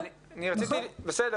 אוקיי, בסדר.